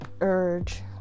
urge